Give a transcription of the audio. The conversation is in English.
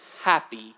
happy